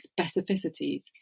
specificities